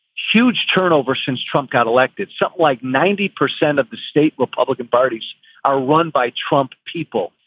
huge turnover since trump got elected, so like ninety percent of the state republican parties are run by trump people.